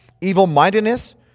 evil-mindedness